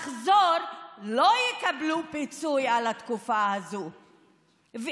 לחזור אליהם לא יקבלו פיצוי על התקופה הזאת,